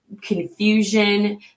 confusion